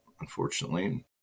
unfortunately